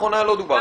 עם אף צד.